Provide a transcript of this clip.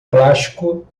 plástico